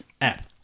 app